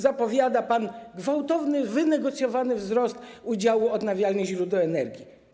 Zapowiada pan gwałtowny wynegocjowany wzrost udziału odnawialnych źródeł energii.